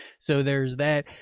so there's that,